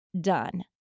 done